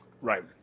Right